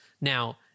Now